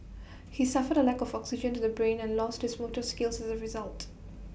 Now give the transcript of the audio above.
he suffered A lack of oxygen to the brain and lost his motor skills as A result